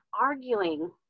arguing